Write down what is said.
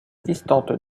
distante